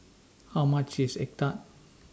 How much IS Egg Tart